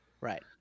Right